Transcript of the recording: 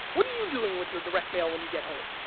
what are you doing with your direct mail when you get home?